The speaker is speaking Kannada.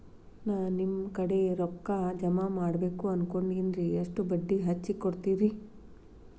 ನಾ ನಿಮ್ಮ ಕಡೆ ರೊಕ್ಕ ಜಮಾ ಮಾಡಬೇಕು ಅನ್ಕೊಂಡೆನ್ರಿ, ಎಷ್ಟು ಬಡ್ಡಿ ಹಚ್ಚಿಕೊಡುತ್ತೇರಿ?